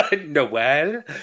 Noel